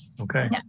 Okay